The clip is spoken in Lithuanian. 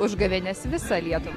užgavėnes visą lietuvą